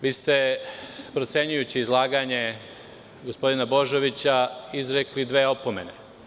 Vi ste procenjujući izlaganje gospodina Božovića izrekli dve opomene.